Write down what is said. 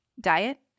Diet